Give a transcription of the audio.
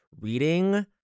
reading